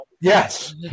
Yes